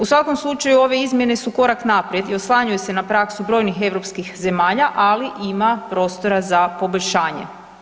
U svakom slučaju ove izmjene su korak naprijed i oslanjaju se na praksu brojnih europskih zemalja, ali ima prostora za poboljšanje.